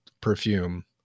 perfume